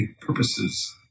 purposes